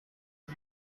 did